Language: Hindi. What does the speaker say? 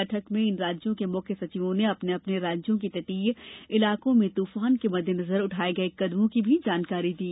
बैठक में इन राज्यों के मुख्य सचिवों ने अपने अपने राज्यों के तटीय इलाकों में तूफान के मद्दे नजर उठाये गये कदमों की भी जानकारी दी